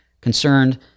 concerned